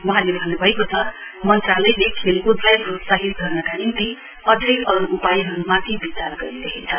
वहाँले भन्नुभएको छ मन्त्रालयले खेलकुदलाई प्रोत्साहित गर्नका निम्ति अझै अरू उपायहरूमाथि बिचार गरिरहेछ